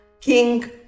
King